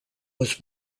was